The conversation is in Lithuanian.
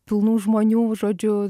pilnų žmonių žodžiu